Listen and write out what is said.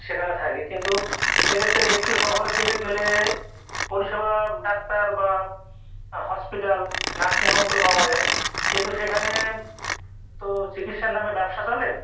সেখানে থাকে কিন্তু সেক্ষেত্রে একটু শহরের দিকে গেলে পরিষেবা ডাক্তার বা হসপিটাল নার্সিং হোমগুলো পাওয়া যায় কিন্তু সেখানে তো চিকিৎসার নামে ব্যবসা চলে